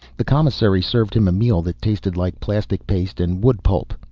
the commissary served him a meal that tasted like plastic paste and wood pulp.